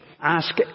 Ask